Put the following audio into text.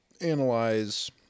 analyze